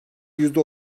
yüzde